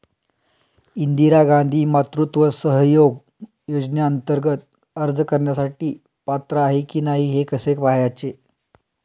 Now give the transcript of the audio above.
इंदिरा गांधी मातृत्व सहयोग योजनेअंतर्गत अर्ज करण्यासाठी पात्र आहे की नाही हे कसे पाहायचे?